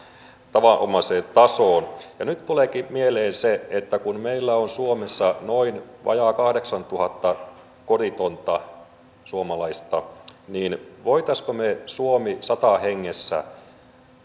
tavanomaiseen tasoon nyt tuleekin mieleeni se että kun meillä on suomessa noin vajaa kahdeksantuhatta koditonta suomalaista niin voisimmeko me suomi sata hengessä